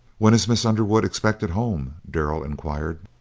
when is miss underwood expected home? darrell inquired.